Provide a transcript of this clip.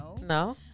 No